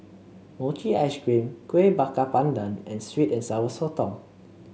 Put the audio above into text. Mochi Ice Cream Kueh Bakar Pandan and sweet and Sour Sotong